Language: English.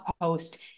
post